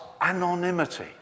anonymity